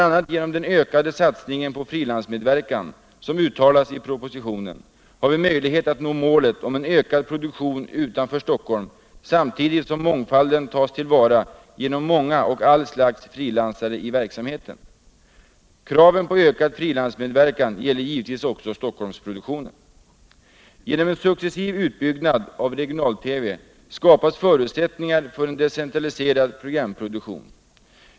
a. genom den större satsningen på frilansmedverkan, som föreslås i propositionen, har vi möjlighet att nå målet en ökad produktion utanför Stockholm samtidigt som mångfalden tas till vara genom många och alla typer av frilansare i verksamheten. Kraven på ökad frilansmedverkan gäller givetvis också Stockholmsproduktionen. Genom en successiv utbyggnad av regional TV skapas förutsättningar för en decentraliserad programproduktion.